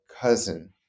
cousin